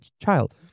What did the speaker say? child